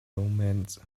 omens